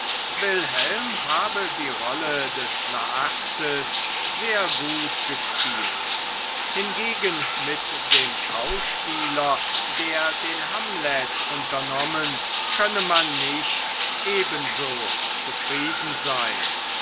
wilhelm habe die rolle des laertes sehr gut gespielt hingegen mit dem schauspieler der den hamlet unternommen könne man nicht ebenso zufrieden sein